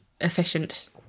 efficient